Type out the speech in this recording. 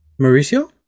Mauricio